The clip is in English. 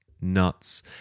nuts